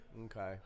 okay